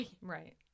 Right